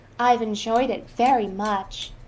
i've enjoyed it very much.